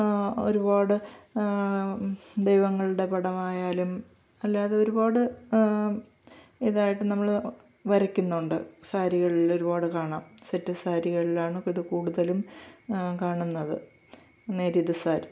ഒരുപാട് ദൈവങ്ങളുടെ പടമായാലും അല്ലാതെ ഒരുപാട് ഇതായിട്ട് നമ്മൾ വരക്കുന്നുണ്ട് സാരികളിൽ ഒരുപാട് കാണാം സെറ്റ് സാരികളിലാണ് ഇത് കൂടുതലും കാണുന്നത് നേരിയത് സാരി